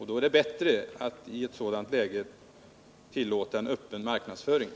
I ett sådant läge är det bättre att tillåta en öppen marknadsföring.